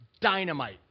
Dynamite